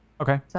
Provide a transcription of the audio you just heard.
Okay